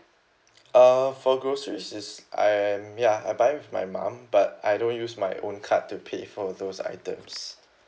uh for groceries is I'm ya I buy with my mum but I don't use my own card to pay for those items